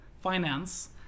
finance